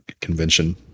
convention